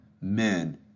men